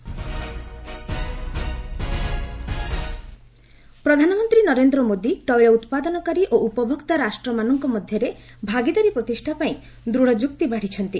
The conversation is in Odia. ପିଏମ୍ ଅଏଲ୍ ପ୍ରଧାନମନ୍ତ୍ରୀ ନରେନ୍ଦ୍ର ମୋଦି ତୈଳ ଉତ୍ପାଦନକାରୀ ଓ ଉପଭୋକ୍ତା ରାଷ୍ଟ୍ରମାନଙ୍କ ମଧ୍ୟରେ ଭାଗିଦାରୀ ପ୍ରତିଷ୍ଠା ପାଇଁ ଦୃଢ଼ ଯୁକ୍ତି ବାଢ଼ିଛନ୍ତି